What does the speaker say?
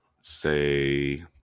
say